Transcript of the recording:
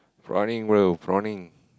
prawning bro prawning